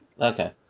Okay